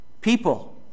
People